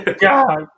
God